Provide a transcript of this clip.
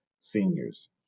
seniors